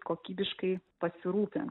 kokybiškai pasirūpint